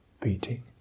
beating